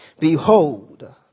Behold